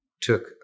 took